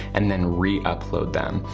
and then re-upload them.